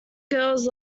girls